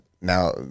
now